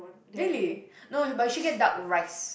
really no but you should get duck rice